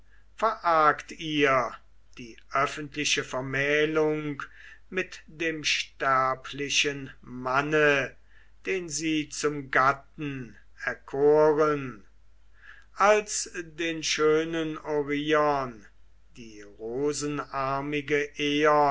ihr die öffentliche vermählung mit dem sterblichen manne den sie zum gatten erkoren als den schönen orion die rosenarmige